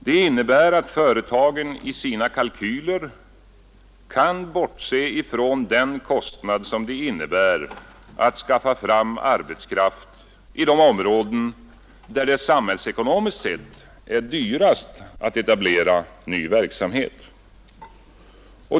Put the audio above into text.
Det innebär att företagen i sina kalkyler kan bortse ifrån den kostnad som det innebär att skaffa fram arbetskraft i de områden, där det samhällsekonomiskt sett är dyrast att etablera ny verksamhet.